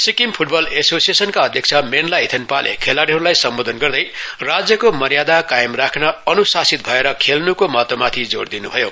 Sikkim football एशोसिएसनका अध्यक्ष मेनली इथेन्पालाई खेलाडीहरूलाई सम्बोधन गर्दै राज्यको मर्यादा कायम राख्न अनुशासित भएर खेल्नुको महत्वमाथि जोड दिनु भयो